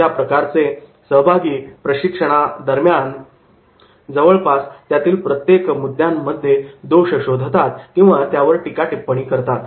अशाप्रकारचे सहभागी प्रशिक्षणादरम्यान जवळपास त्यातील प्रत्येक मुद्द्यांमध्ये दोष शोधतात किंवा त्यावर टीका टिप्पणी करतात